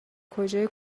کجای